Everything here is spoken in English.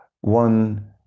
One